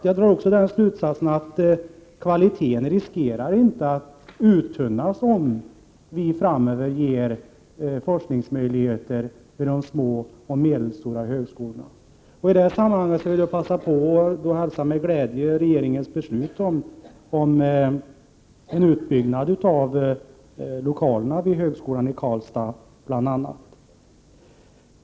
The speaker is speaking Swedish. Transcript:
Jag drog också den slutsatsen att kvaliteten inte uttunnas om vi framöver ger forskningsmöjligheter till de mindre och medelstora högskolorna. I det sammanhanget vill jag passa på och säga att jag hälsar med glädje regeringens beslut om utbyggnad av lokalerna vid bl.a. högskolan i Karlstad.